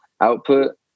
output